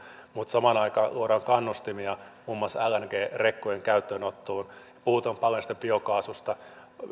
mutta samaan aikaan luodaan kannustimia muun muassa lng rekkojen käyttöönottoon paljon on puhuttu näistä biokaasuista ja